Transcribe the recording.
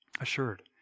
Assured